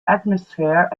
atmosphere